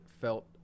felt